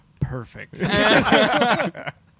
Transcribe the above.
Perfect